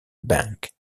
bank